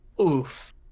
Oof